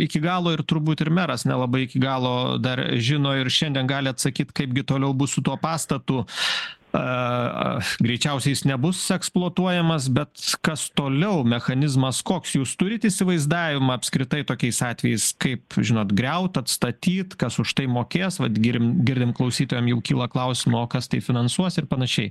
iki galo ir turbūt ir meras nelabai iki galo dar žino ir šiandien gali atsakyt kaipgi toliau bus su tuo pastatu greičiausiai jis nebus eksploatuojamas bet kas toliau mechanizmas koks jūs turit įsivaizdavimą apskritai tokiais atvejais kaip žinot griaut atstatyt kas už tai mokės vat girim girdim klausytojam jau kyla klausimo o kas tai finansuos ir panašiai